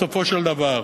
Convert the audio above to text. בסופו של דבר,